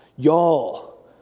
Y'all